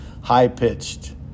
high-pitched